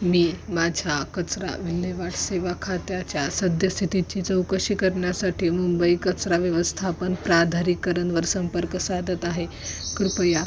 मी माझ्या कचरा विल्हेवाट सेवा खात्याच्या सद्यस्थितीची चौकशी करण्यासाठी मुंबई कचरा व्यवस्थापन प्राधारिकरणवर संपर्क साधत आहे कृपया